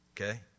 okay